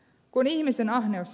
kun ihmisen ahneus